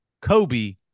Kobe